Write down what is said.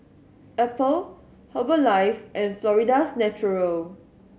Apple Herbalife and Florida's Natural